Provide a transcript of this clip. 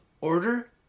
Order